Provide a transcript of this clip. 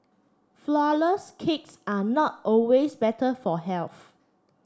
flourless cakes are not always better for health